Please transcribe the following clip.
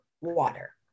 water